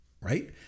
right